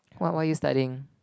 what what are you studying